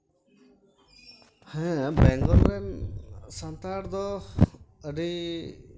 ᱦᱮᱸ ᱵᱮᱝᱜᱚᱞ ᱨᱮᱱ ᱥᱟᱱᱛᱟᱲ ᱫᱚ ᱟᱹᱰᱤ